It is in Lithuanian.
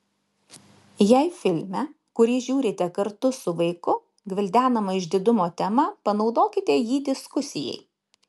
jei filme kurį žiūrite kartu su vaiku gvildenama išdidumo tema panaudokite jį diskusijai